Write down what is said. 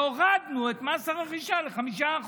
והורדנו את מס הרכישה ל-5%.